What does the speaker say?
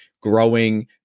growing